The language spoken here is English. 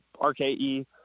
RKE